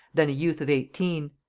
then a youth of eighteen.